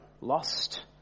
lost